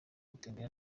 gutembera